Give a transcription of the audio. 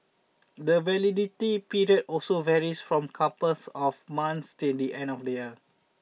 the validity period also varies from couples of months till the end of the year